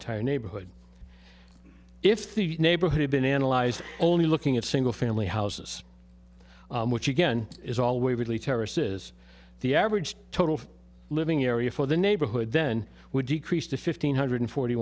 entire neighborhood if the neighborhood had been analyzed only looking at single family houses which again is all waverly terraces the average total living area for the neighborhood then would decrease to fifteen hundred forty